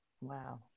Wow